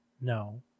No